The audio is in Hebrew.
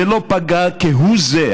זה לא פגע כהוא זה.